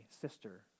sister